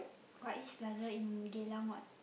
Far-East-Plaza in Geylang what